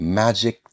magic